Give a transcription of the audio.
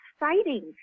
exciting